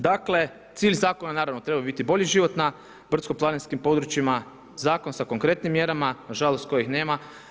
Dakle cilj zakona naravno trebao bi biti bolji život na brdsko-planinskim područjima, zakon sa konkretnim mjerama, nažalost kojih nema.